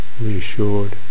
reassured